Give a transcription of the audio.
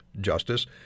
Justice